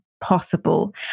possible